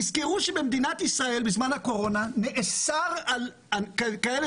במדינת ישראל בזמן הקורונה נאסר על כאלה